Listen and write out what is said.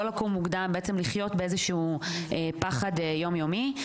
לא לקום מוקדם בעצם לחיות באיזשהו פחד יום-יומי.